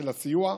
של הסיוע,